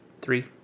Three